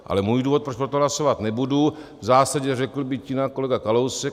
Ale můj důvod, proč pro to hlasovat nebudu, v zásadě řekl, byť jinak, kolega Kalousek.